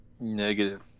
negative